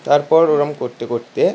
তারপর ওরকম করতে করতে